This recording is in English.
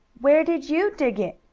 where did you dig it?